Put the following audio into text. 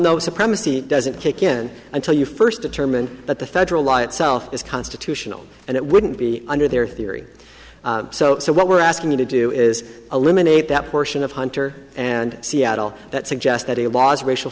know supremacy doesn't kick in until you first determine that the federal law itself is constitutional and it wouldn't be under their theory so what we're asking you to do is eliminate that portion of hunter and seattle that suggest that it was racial